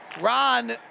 Ron